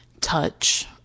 touch